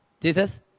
Jesus